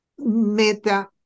Meta